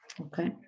Okay